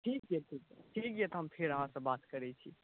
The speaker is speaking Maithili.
ठीक छै ठीक छै तहन फेर हम अहाँ से बात करै छी